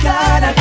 God